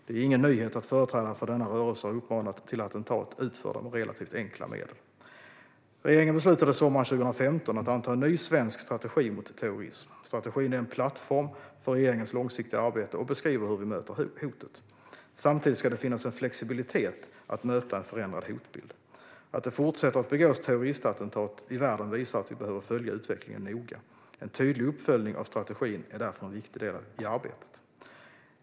Det är ingen nyhet att företrädare för denna rörelse har uppmanat till attentat utförda med relativt enkla medel. Regeringen beslutade sommaren 2015 att anta en ny svensk strategi mot terrorism. Strategin är en plattform för regeringens långsiktiga arbete och beskriver hur vi möter hotet. Samtidigt ska det finnas en flexibilitet att möta en förändrad hotbild. Att det fortsätter att begås terroristattentat i världen visar att vi behöver följa utvecklingen noga. En tydlig uppföljning av strategin är därför en viktig del i arbetet.